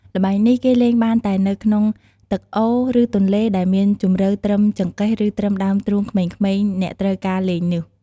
ល្បែងនេះ គេលេងបានតែនៅក្នុងទឹកអូរ ឬទន្លេដែលមានជម្រៅត្រឹមចង្កេះឬត្រឹមដើមទ្រូងក្មេងៗអ្នកត្រូវការលេងនោះ។